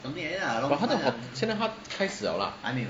现在他开始 liao lah